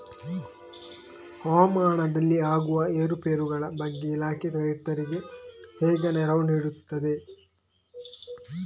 ಹವಾಮಾನದಲ್ಲಿ ಆಗುವ ಏರುಪೇರುಗಳ ಬಗ್ಗೆ ಇಲಾಖೆ ರೈತರಿಗೆ ಹೇಗೆ ನೆರವು ನೀಡ್ತದೆ?